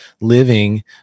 living